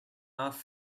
off